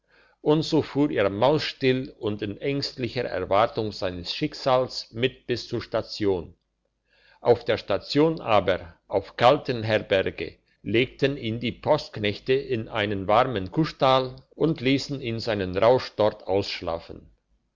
und so fuhr er mausstill und in ängstlicher erwartung seines schicksals mit bis zur station auf der station aber auf kaltenherberge legten ihn die postknechte in einen warmen kuhstall und liessen ihn seinen rausch dort ausschlafen